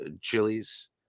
chilies